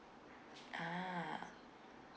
ah